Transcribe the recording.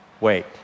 wait